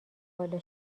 والا